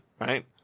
right